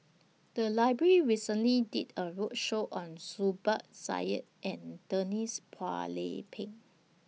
The Library recently did A roadshow on Zubir Said and Denise Phua Lay Peng